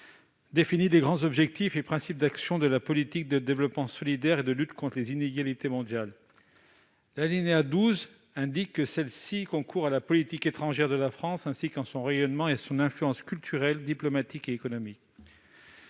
définit les grands objectifs et principes d'action de la politique de développement solidaire et de lutte contre les inégalités mondiales. L'alinéa 12 indique que celle-ci concourt à la politique étrangère de la France ainsi qu'à son rayonnement et à son influence culturelle, diplomatique et économique.